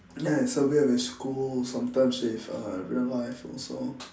yes with school sometimes with uh real life also